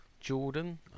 Jordan